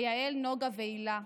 ליעל, נגה והילה.